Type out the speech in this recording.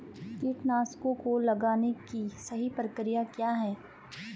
कीटनाशकों को लगाने की सही प्रक्रिया क्या है?